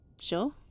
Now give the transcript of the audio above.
Sure